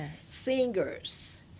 Singers